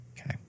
Okay